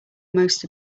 most